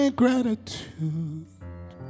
gratitude